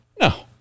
no